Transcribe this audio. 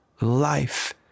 life